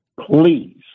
please